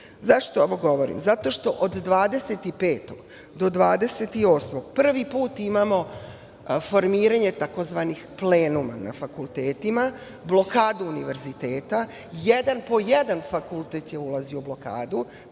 ovo govorim? Zato što od 25. do 28. prvi put imamo formiranje takozvanih plenuma na fakultetima, blokadu univerziteta, jedan po jedan fakultet je ulazio u blokadu,